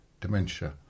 dementia